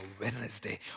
Wednesday